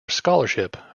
scholarship